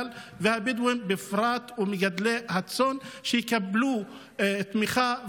והבדואים מגדלי הצאן בפרט יקבלו תמיכה,